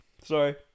Sorry